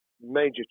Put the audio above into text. major